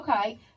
Okay